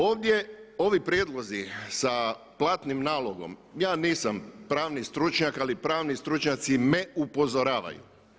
Ovdje ovi prijedlozi sa platnim nalogom, ja nisam pravni stručnjak ali pravni stručnjaci me upozoravaju.